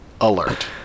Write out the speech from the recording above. alert